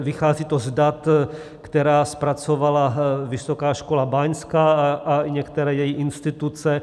Vychází to z dat, která zpracovala Vysoká škola báňská a některé její instituce.